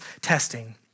testing